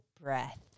breath